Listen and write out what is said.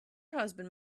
husband